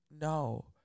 No